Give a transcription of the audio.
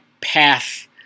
path